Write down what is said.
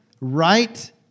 Right